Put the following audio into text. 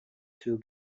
two